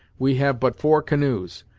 we have but four canoes,